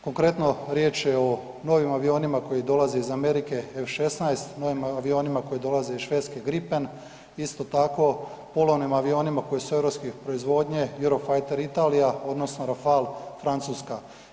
Konkretno, riječ je o novim avionima koji dolaze iz Amerike, F-16, novim avionima koji dolaze iz Švedske Grippen, isto tako polovnim avionima koji su europske proizvodnje ... Italija odnosno Rafal Francuska.